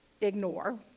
ignore